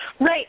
Right